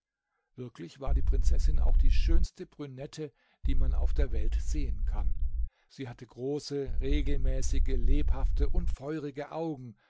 wirklich war die prinzessin auch die schönste brünette die man auf der welt sehen kann sie hatte große regelmäßige lebhafte und feurige augen